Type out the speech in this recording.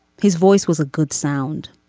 his voice was a good sound.